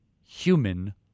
human